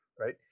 right